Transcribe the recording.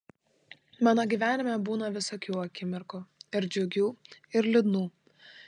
mano gyvenime būna visokių akimirkų ir džiugių ir liūdnų